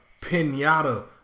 pinata